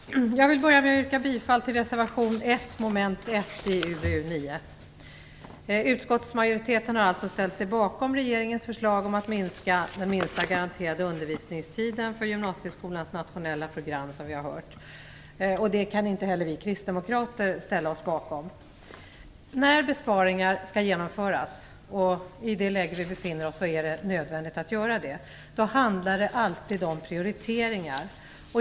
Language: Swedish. Herr talman! Jag vill börja med att yrka bifall till reservation 1 avseende mom. 1 i UbU9. Utskottsmajoriteten har ställt sig bakom regeringens förslag att minska den minsta garanterade undervisningstiden för gymnasieskolans nationella program, vilket vi redan har hört här. Det kan vi kristdemokrater inte ställa oss bakom. När besparingar skall genomföras - i det läge vi nu befinner oss i är det nödvändigt - handlar det alltid om prioriteringar.